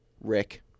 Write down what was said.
Rick